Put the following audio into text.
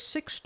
Six